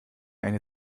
eine